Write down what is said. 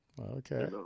Okay